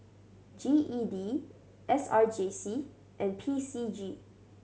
G E D S R J C and P C G